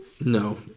No